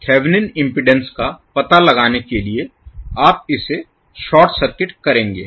Thevenin impedance का पता लगाने के लिए आप इसे शॉर्ट सर्किट करेंगे